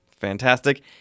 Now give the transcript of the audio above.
Fantastic